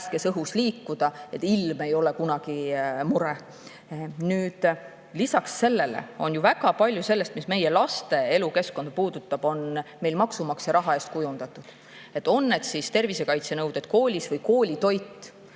värskes õhus liikuda, et ilm ei ole kunagi see mure. Lisaks sellele on ju väga palju sellest, mis meie laste elukeskkonda puudutab, maksumaksja raha eest kujundatud, on need tervisekaitsenõuded koolis või koolitoit.